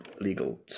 legal